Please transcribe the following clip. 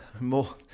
more